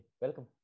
welcome